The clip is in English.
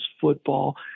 football